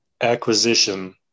acquisition